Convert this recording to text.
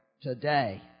today